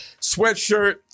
sweatshirt